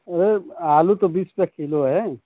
अरे आलू तो बीस रुपया किलो है